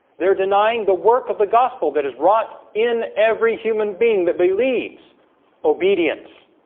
they're denying the work of the gospel that is wrought in every human being that believes obedience